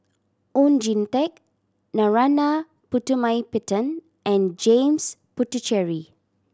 Oon Jin Teik Narana Putumaippittan and James Puthucheary